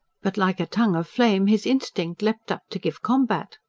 but, like a tongue of flame, his instinct leapt up to give combat.